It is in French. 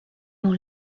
dans